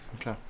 Okay